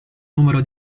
numero